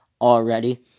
already